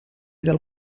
del